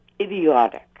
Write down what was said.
idiotic